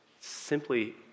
simply